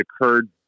occurred